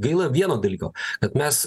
gaila vieno dalyko kad mes